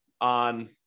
on